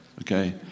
okay